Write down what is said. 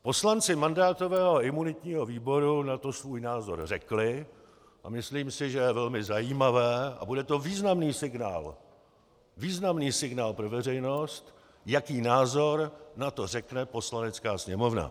Poslanci mandátového a imunitního výboru na to svůj názor řekli a myslím si, že je velmi zajímavé a bude to významný signál, významný signál pro veřejnost, jaký názor na to řekne Poslanecká sněmovna.